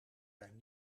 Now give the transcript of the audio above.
zijn